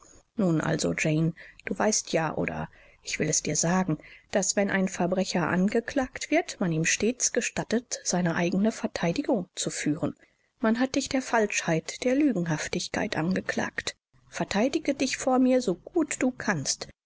nun also jane du weißt ja oder ich will es dir sagen daß wenn ein verbrecher angeklagt wird man ihm stets gestattet seine eigene verteidigung zu führen man hat dich der falschheit der lügenhaftigkeit angeklagt verteidige dich vor mir so gut du kannst